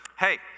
Hey